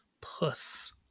puss